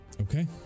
Okay